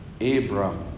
Abram